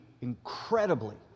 incredibly